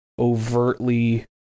overtly